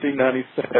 1997